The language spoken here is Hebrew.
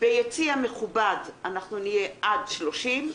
ביציע המכובדים נהיה עד 30,